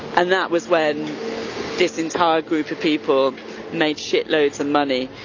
and that was when this entire group of people made shit loads of money.